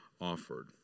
offered